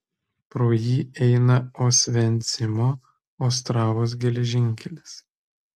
pro jį eina osvencimo ostravos geležinkelis